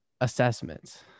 assessments